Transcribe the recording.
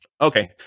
Okay